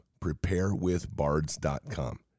Preparewithbards.com